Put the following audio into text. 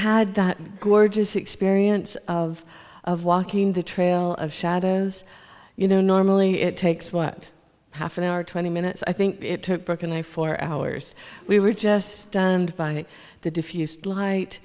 had that gorgeous experience of of walking the trail of shadows you know normally it takes what half an hour twenty minutes i think it took brook and i four hours we were just stunned by the diffused light